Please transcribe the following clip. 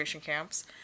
camps